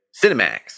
Cinemax